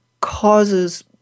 causes